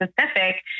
specific